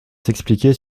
s’expliquer